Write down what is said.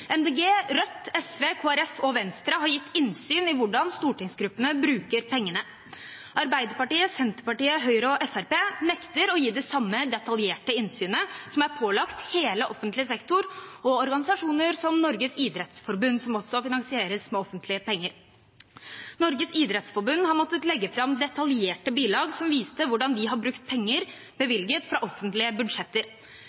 Rødt, SV, Kristelig Folkeparti og Venstre har gitt innsyn i hvordan stortingsgruppene bruker pengene. Arbeiderpartiet, Senterpartiet, Høyre og Fremskrittspartiet nekter å gi det samme detaljerte innsynet som er pålagt hele offentlig sektor og organisasjoner, som Norges idrettsforbund, som også finansieres med offentlige penger. Norges idrettsforbund har måttet legge fram detaljerte bilag som viste hvordan de har brukt penger